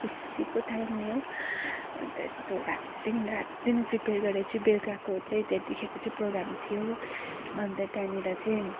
खुसीको टाइम नि हौ अन्त यस्तो रातदिन रातदिन प्रिप्रेर गरेर चाहिँ बोलुकाको चाहिँ त्यतिखेर चाहिँ प्रोगाम थियो अन्त त्यहाँनिर चाहिँ